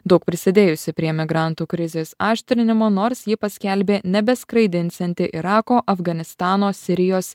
daug prisidėjusi prie migrantų krizės aštrinimo nors ji paskelbė nebeskraidinsianti irako afganistano sirijos